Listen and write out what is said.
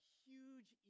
huge